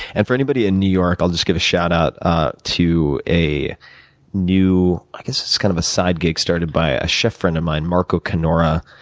and, for anybody in new york, i'll just give a shout-out to a new i guess it's kind of a side gig, started by a chef friend of mine, marco canora,